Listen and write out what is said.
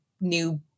new